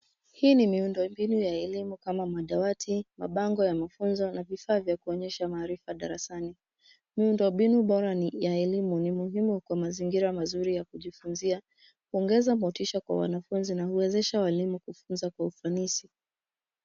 Hii ni miundo mbinu ya elimu kama madawati, mabango ya mafunzo, na vifaa vya kuonyesha maarifa darasani. Muundo mbinu bora ya elimu ni muhimu kwa mazingira mazuri ya kujifunzia kuongeza motisha kwa wanafunzi na huwezesha waalimu kufunza kwa ufanisi.